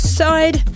side